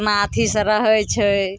अपना अथी सँ रहै छै